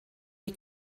die